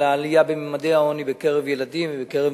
על העלייה בממדי העוני בקרב ילדים ובקרב משפחות.